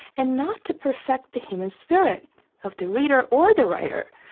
and not to perfect the human spirit of the reader or the writer.